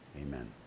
Amen